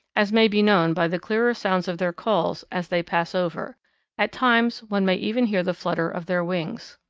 as may be known by the clearer sounds of their calls as they pass over at times one may even hear the flutter of their wings.